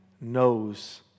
knows